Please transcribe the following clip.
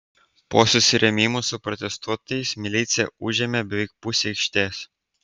po susirėmimų su protestuotojais milicija užėmė beveik pusę aikštės